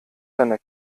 seiner